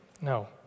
No